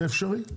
זה אפשרי.